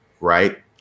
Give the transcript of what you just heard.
right